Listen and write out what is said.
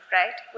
right